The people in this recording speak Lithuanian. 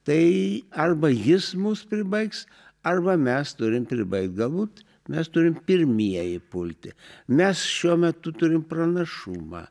tai arba jis mus pribaigs arba mes turim pribaigt galbūt mes turim pirmieji pulti mes šiuo metu turim pranašumą